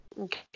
Okay